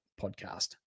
podcast